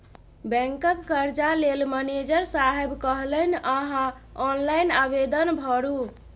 बैंकक कर्जा लेल मनिजर साहेब कहलनि अहॅँ ऑनलाइन आवेदन भरू